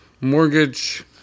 Mortgage